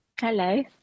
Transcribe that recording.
hello